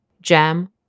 jam